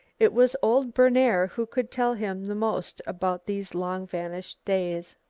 it was old berner who could tell him the most about these long-vanished days.